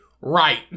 right